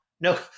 no